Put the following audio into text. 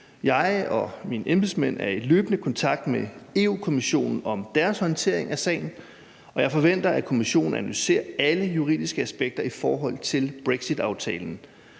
Jeg og mine embedsmænd er i løbende kontakt med Europa-Kommissionen om deres håndtering af sagen, og jeg forventer, at Kommissionen analyserer alle juridiske aspekter i forhold til brexitaftalen.